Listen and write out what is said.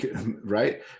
right